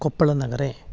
कोप्पळनगरे